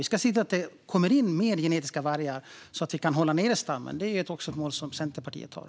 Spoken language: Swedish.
Vi ska se till att det kommer in fler vargar så att vi kan hålla nere stammen. Det är också ett mål som Centerpartiet har.